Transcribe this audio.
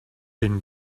been